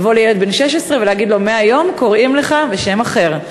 לבוא לילד בן 16 ולהגיד לו: מהיום קוראים לך בשם אחר.